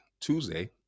Tuesday